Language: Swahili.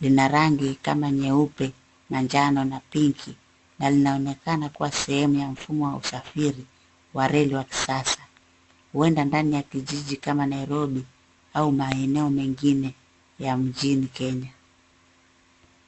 Lina rangi kama nyeupe, manjano na pinki. Linaonekana kwa sehemu ya mfumo wa usafiri wa reli wa kisasa. Huenda ndani ya kijiji kama Nairobi au maeneo mengine ya mjini Kenya.